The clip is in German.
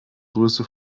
größe